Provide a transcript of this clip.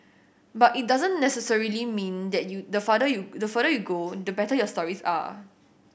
but it doesn't necessarily mean that you the farther you the further you go the better your stories are